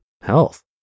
health